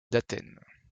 d’athènes